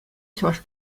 чӑваш